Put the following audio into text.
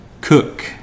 Cook